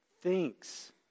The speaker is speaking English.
thinks